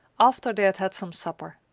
after they had had some supper.